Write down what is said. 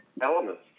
elements